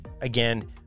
Again